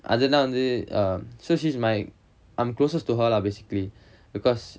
அதுனா வந்து:athunaa vanthu so she's my I'm closest to her lah basically because